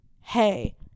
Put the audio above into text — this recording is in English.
hey